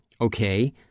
Okay